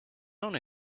own